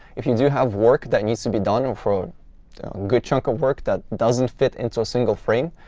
if you do have work that needs to be done for a good chunk of work that doesn't fit into a single frame,